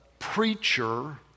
Preacher